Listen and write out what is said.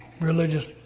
religious